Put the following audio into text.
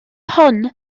hon